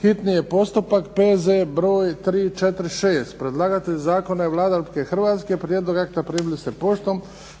hitni postupak, prvo i drugo čitanje, P.Z. br. 346 Predlagatelj zakona je Vlada Republike Hrvatske. Prijedlog akta primili ste poštom.